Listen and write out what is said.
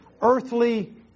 earthly